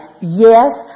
yes